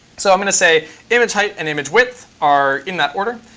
so i'm going to say image height and image width are in that order,